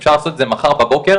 אפשר לעשות את זה מחר בבוקר,